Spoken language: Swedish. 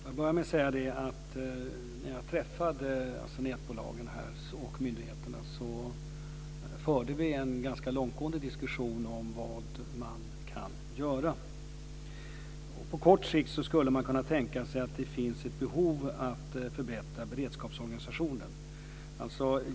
Fru talman! Jag får börja med att säga att när jag träffade nätbolagen och myndigheterna förde vi en ganska långtgående diskussion om vad man kan göra. På kort sikt skulle man kunna tänka sig att det finns ett behov av att förbättra beredskapsorganisationen.